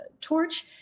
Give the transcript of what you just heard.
torch